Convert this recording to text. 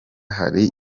hari